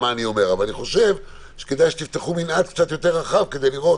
אבל אני חושב שכדאי שתפתחו מנעד קצת יותר רחב כדי לראות,